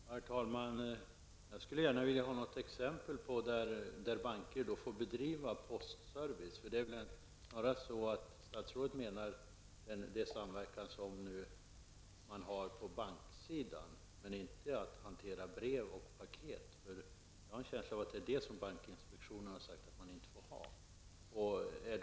Herr talman! Jag skulle gärna vilja ha något exempel på att banker får bedriva postservice. Statrådet avser väl snarare den samverkan som nu sker på banksidan men inte när det gäller brev och pakethantering. Jag har en känsla av att det är detta som bankinspektionen har sagt att bankerna inte får sköta.